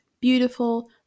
beautiful